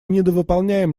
недовыполняем